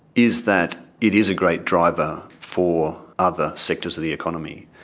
is that it is a great driver for other sectors of the economy.